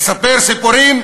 לספר סיפורים